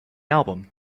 album